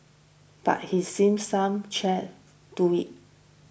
but he's seen some cheer do it